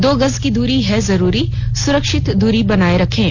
दो गज की दूरी है जरूरी सुरक्षित दूरी बनाए रखें